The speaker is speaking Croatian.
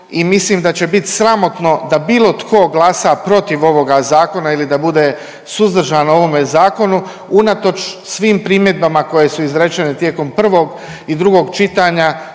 i mislim da će bit sramotno da bilo tko glasa protiv ovoga Zakona ili da bude suzdržan o ovome Zakonu unatoč svim primjedbama koje su izrečene tijekom prvog i drugog čitanja